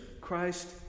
Christ